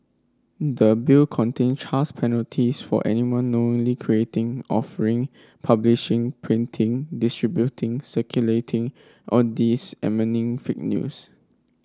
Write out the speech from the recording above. the Bill contain penalties for anyone knowingly creating offering publishing printing distributing circulating or fake news